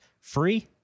free